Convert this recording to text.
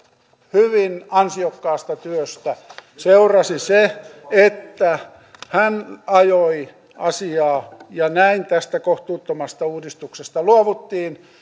hyvin ansiokkaasta työstä seurasi se että hän ajoi asiaa ja näin tästä kohtuuttomasta uudistuksesta luovuttiin